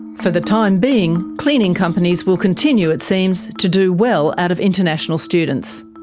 for the time being, cleaning companies will continue, it seems, to do well out of international students.